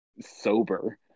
sober